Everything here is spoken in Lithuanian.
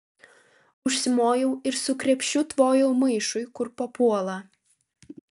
užsimojau ir su krepšiu tvojau maišui kur papuola